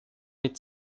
mit